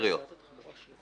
שאין לזה אחיזה חוקית כלשהי.